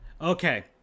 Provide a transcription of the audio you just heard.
Okay